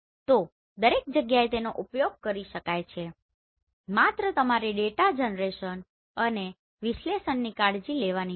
તો દરેક જગ્યાએ તેનો ઉપયોગ કરી શકાય છે માત્ર તમારે ડેટા જનરેશન અને વિશ્લેષણની કાળજી લેવાની હોય